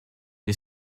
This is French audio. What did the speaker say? les